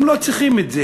הם לא צריכים את זה.